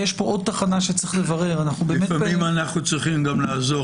כי יש פה עוד תחנה שאנחנו צריכים לברר